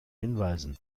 hinweisen